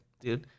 dude